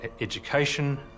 education